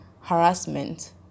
harassment